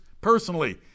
personally